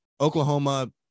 Oklahoma